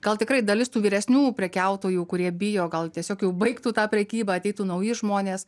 gal tikrai dalis tų vyresnių prekiautojų kurie bijo gal tiesiog jau baigtų tą prekybą ateitų nauji žmonės